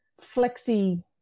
flexi